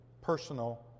personal